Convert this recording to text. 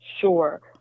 Sure